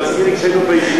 זה מזכיר לי כשהייתי בישיבה.